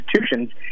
institutions